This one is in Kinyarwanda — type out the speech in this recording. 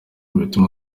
bituma